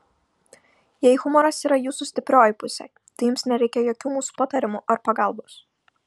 jei humoras yra jūsų stiprioji pusė tai jums nereikia jokių mūsų patarimų ar pagalbos